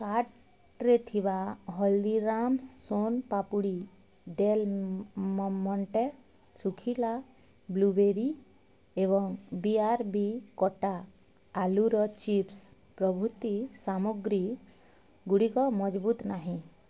କାର୍ଟ୍ରେ ଥିବା Haldiram's soan papdi Del Monte ଶୁଖିଲା ବ୍ଲୁବେରୀ ଏବଂ ବି ଆର ବି କଟା ଆଳୁର ଚିପ୍ସ୍ ପ୍ରଭୃତି ସାମଗ୍ରୀ ଗୁଡ଼ିକ ମହଜୁଦ ନାହିଁ